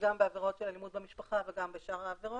גם בעבירות של אלימות במשפחה וגם בשאר העבירות.